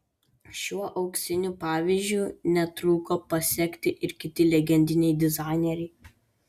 šiuo auksiniu pavyzdžiu netruko pasekti ir kiti legendiniai dizaineriai